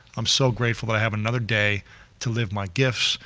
i'm so grateful but to have another day to live my gifts,